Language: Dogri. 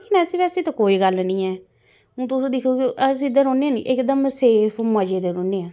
ऐसी बैसी ते कोई गल्ल निं ऐ हून तुस दिक्खो कि अस इद्धर रौह्ने नी इकदम सेफ मज़े दे रौह्ने आं